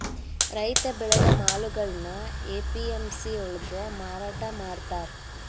ರೈತ ಬೆಳೆದ ಮಾಲುಗಳ್ನಾ ಎ.ಪಿ.ಎಂ.ಸಿ ಯೊಳ್ಗ ಮಾರಾಟಮಾಡ್ತಾರ್